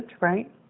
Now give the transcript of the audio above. right